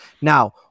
Now